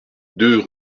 deux